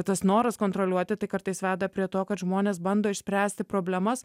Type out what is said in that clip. tas noras kontroliuoti tai kartais veda prie to kad žmonės bando išspręsti problemas